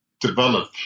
develop